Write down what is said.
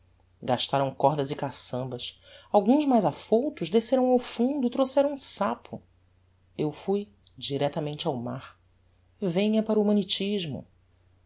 gastaram cordas e caçambas alguns mais afoutos desceram ao fundo e trouxeram um sapo eu fui directamente ao mar venha para o